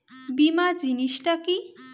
বীমা জিনিস টা কি?